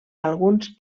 alguns